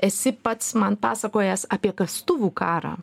esi pats man pasakojęs apie kastuvų karą